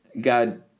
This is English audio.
God